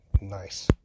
nice